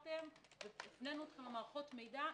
הפנינו אתכם למערכות מידע.